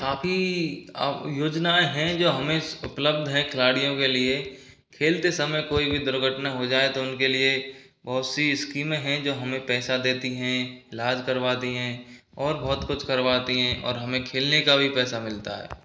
काफी योजनाएँ हैं जो हमे उपलब्ध हैं खिलाड़ियों के लिए खेलते समय कोई भी दुर्घटना हो जाए तो उनके लिए बहुत सी स्कीमें हैं जो हमे पैसा देती हैं इलाज करवाती हैं और बहुत कुछ करवाती हैं और हमे खेलने का भी पैसा मिलता है